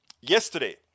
Yesterday